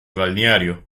balneario